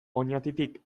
oñatitik